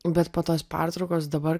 bet po tos pertraukos dabar